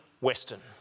Western